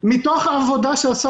אני לא יודע איך